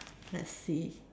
let's see